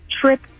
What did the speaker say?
trip